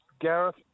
Gareth